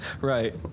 Right